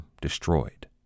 destroyed